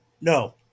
No